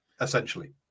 essentially